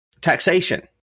taxation